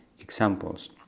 examples